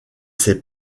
ses